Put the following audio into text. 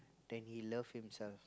than he love himself